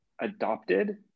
adopted